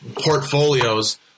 portfolios